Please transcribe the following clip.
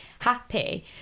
happy